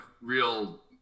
real